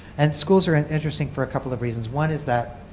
and schools are and interesting for a couple of reasons. one is that